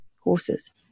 horses